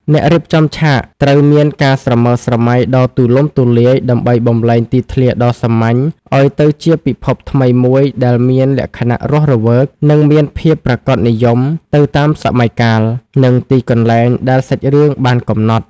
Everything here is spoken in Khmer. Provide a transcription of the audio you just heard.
អ្នករៀបចំឆាកត្រូវមានការស្រមើស្រមៃដ៏ទូលំទូលាយដើម្បីបម្លែងទីធ្លាដ៏សាមញ្ញឱ្យទៅជាពិភពថ្មីមួយដែលមានលក្ខណៈរស់រវើក និងមានភាពប្រាកដនិយមទៅតាមសម័យកាល និងទីកន្លែងដែលសាច់រឿងបានកំណត់។